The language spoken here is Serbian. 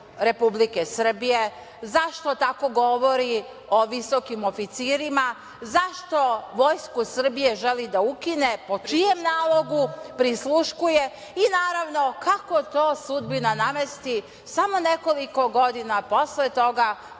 Republike Srbije, zašto tako govori o visokim oficirima, zašto Vojsku Srbije želi da ukine, po čijem nalogu prisluškuje. Naravno, kako to sudbina namesti, samo nekoliko godina posle toga